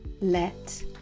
let